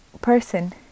person